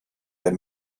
der